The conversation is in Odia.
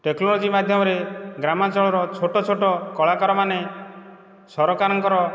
ଟେକ୍ନୋଲୋଜି ମାଧ୍ୟମରେ ଗ୍ରାମାଞ୍ଚଳର ଛୋଟ ଛୋଟ କଳାକାରମାନେ ସରକାରଙ୍କର